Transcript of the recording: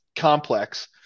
complex